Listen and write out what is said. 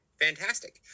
Fantastic